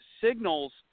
signals